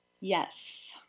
yes